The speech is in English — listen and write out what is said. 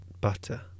butter